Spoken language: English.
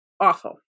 awful